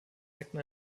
deckten